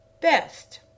Best